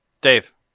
Dave